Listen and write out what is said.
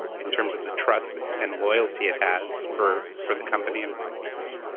in terms of the trust and loyalty it has for for the company and for reese.